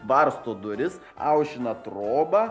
varsto duris aušina trobą